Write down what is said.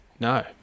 no